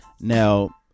now